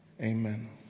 Amen